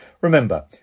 Remember